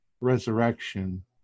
resurrection